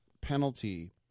penalty